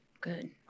good